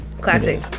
Classic